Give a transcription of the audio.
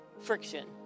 friction